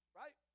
right